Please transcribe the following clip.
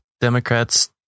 Democrats